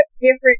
different